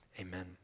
amen